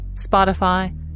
Spotify